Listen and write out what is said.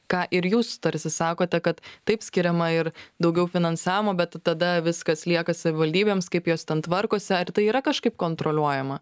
ką ir jūs tarsi sakote kad taip skiriama ir daugiau finansavimo bet tada viskas lieka savivaldybėms kaip jos ten tvarkosi ar tai yra kažkaip kontroliuojama